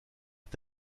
est